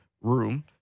room